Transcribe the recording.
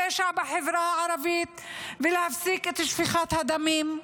הפשע בחברה הערבית ולהפסיק את שפיכת הדמים?